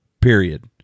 period